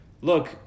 look